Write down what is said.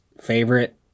favorite